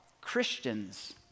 Christians